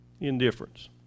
Indifference